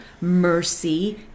mercy